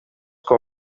com